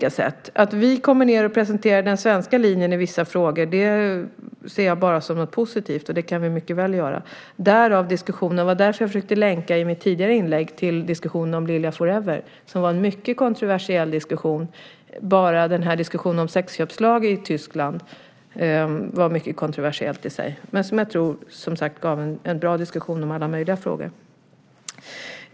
Att vi kommer ned och presenterar den svenska linjen i vissa frågor ser jag bara som positivt. Det kan vi mycket väl göra. Det var därför jag i mitt tidigare inlägg försökte länka till diskussionen om Lilja 4-ever , som var en mycket kontroversiell diskussion. Bara diskussionen om sexköpslag i Tyskland var mycket kontroversiell i sig. Som sagt tror jag dock att detta gav en bra diskussion om alla möjliga frågor.